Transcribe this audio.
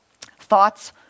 thoughts